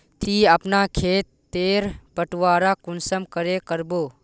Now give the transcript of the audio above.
ती अपना खेत तेर बटवारा कुंसम करे करबो?